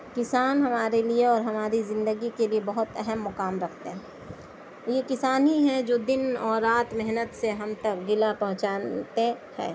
کسان ہمارے لیے اور ہماری زندگی کے لیے بہت اہم مقام رکھتے ہیں یہ کسان ہی ہیں جو دِن اور رات محنت سے ہم تک غلّہ پہنچانتے ہیں